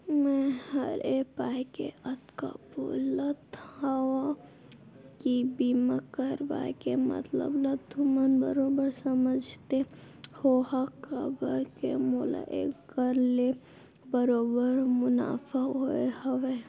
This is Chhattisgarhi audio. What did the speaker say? मैं हर ए पाय के अतका बोलत हँव कि बीमा करवाय के मतलब ल तुमन बरोबर समझते होहा काबर के मोला एखर ले बरोबर मुनाफा होय हवय